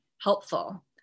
helpful